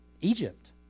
Egypt